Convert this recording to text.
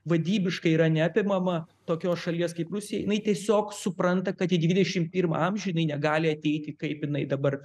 vadybiškai yra neapimama tokios šalies kaip rusija jinai tiesiog supranta kad į dvidešim pirmą amžių jinai negali ateiti kaip jinai dabar